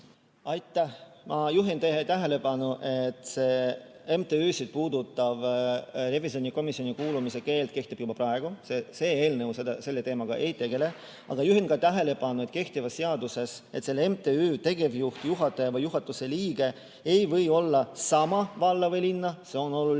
Aitäh! Ma juhin tähelepanu, et MTÜ-sid puudutav revisjonikomisjoni kuulumise keeld kehtib juba praegu. See eelnõu selle teemaga ei tegele. Aga juhin ka tähelepanu, et kehtivas seaduses selle MTÜ tegevjuht, juhataja või juhatuse liige ei või olla sama valla või linna – see on oluline